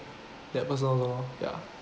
that person lor ya